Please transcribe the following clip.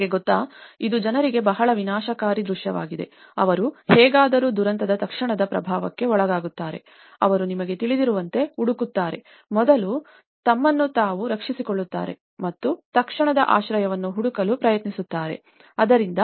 ನಿಮಗೆ ಗೊತ್ತಾ ಇದು ಜನರಿಗೆ ಬಹಳ ವಿನಾಶಕಾರಿ ದೃಶ್ಯವಾಗಿದೆ ಅವರು ಹೇಗಾದರೂ ದುರಂತದ ತಕ್ಷಣದ ಪ್ರಭಾವಕ್ಕೆ ಒಳಗಾಗುತ್ತಾರೆ ಅವರು ನಿಮಗೆ ತಿಳಿದಿರುವಂತೆ ಹುಡುಕುತ್ತಾರೆ ಮೊದಲು ತಮ್ಮನ್ನು ತಾವು ರಕ್ಷಿಸಿಕೊಳ್ಳುತ್ತಾರೆ ಮತ್ತು ತಕ್ಷಣದ ಆಶ್ರಯವನ್ನು ಹುಡುಕಲು ಪ್ರಯತ್ನಿಸುತ್ತಾರೆ ಆದ್ದರಿಂ